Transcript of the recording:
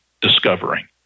discovering